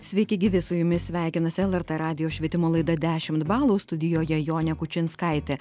sveiki gyvi su jumis sveikinasi lrt radijo švietimo laida dešimt balų studijoje jonė kučinskaitė